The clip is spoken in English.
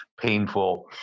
painful